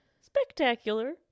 Spectacular